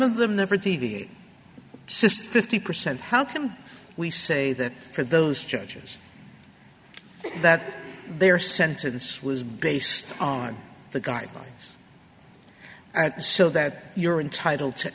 of them never deviate says percent how can we say that for those judges that their sentence was based on the guidelines so that you're entitle to